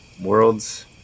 world's